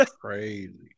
crazy